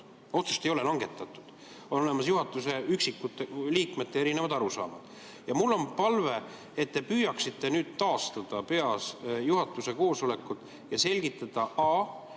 Otsust ei ole langetatud. On olemas juhatuse üksikute liikmete erinevad arusaamad. Mul on palve, et te püüaksite taastada peas juhatuse koosolekut ja selgitada,